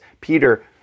Peter